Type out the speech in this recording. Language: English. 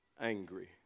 angry